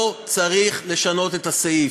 לא צריך לשנות את הסעיף.